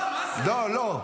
לא.